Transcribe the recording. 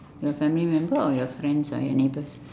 your family member or your friends or your neighbours